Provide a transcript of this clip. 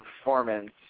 performance